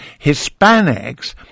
Hispanics